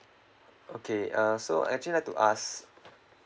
okay uh so actually like to ask